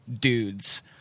dudes